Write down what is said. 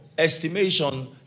Estimation